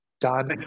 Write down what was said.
done